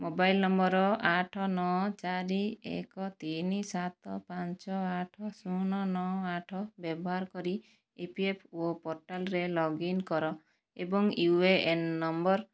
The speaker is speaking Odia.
ମୋବାଇଲ ନମ୍ବର ଆଠ ନଅ ଚାରି ଏକ ତିନି ସାତ ପାଞ୍ଚ ଆଠ ଶୂନ ନଅ ଆଠ ବ୍ୟବହାର କରି ଇ ପି ଏଫ୍ ଓ ପୋର୍ଟାଲ୍ରେ ଲଗ୍ ଇନ୍ କର ଏବଂ ୟୁ ଏ ଏନ୍ ନମ୍ବର